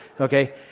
Okay